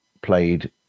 played